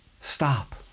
Stop